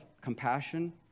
compassion